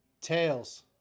Tails